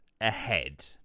ahead